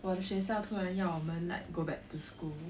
我的学校突然要我们 like go back to school